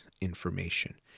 information